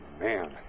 man